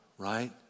right